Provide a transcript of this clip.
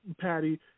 patty